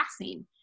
passing